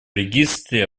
регистре